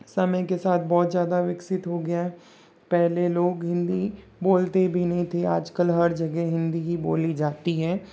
समय के साथ बहुत ज़्यादा विकसित हो गया है पहले लोग हिंदी बोलते भी नहीं थे आजकल हर जगह हिन्दी ही बोली जाती है